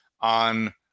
on